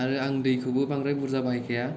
आरो आं दैखौबो बांद्राय बुरजा बाहाय खाया